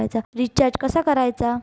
Recharge कसा करायचा?